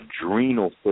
adrenal